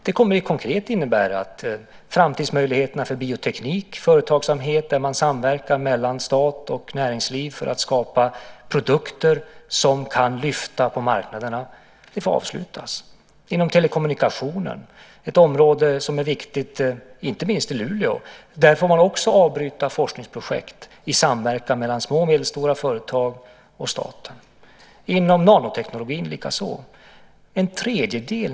Det kommer konkret att innebära sämre framtidsmöjligheter för bioteknik och att företagsamhet där man samverkar mellan stat och näringsliv för att skapa produkter som kan lyfta på marknaderna får avslutas. Detsamma gäller inom telekommunikationer, ett område som inte minst är viktigt i Luleå. Där får man också avbryta forskningsprojekten i samverkan mellan små och medelstora företag och staten. Inom nanoteknologin är det likadant.